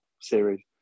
series